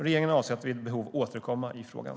Regeringen avser att vid behov återkomma i frågan.